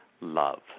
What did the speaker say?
love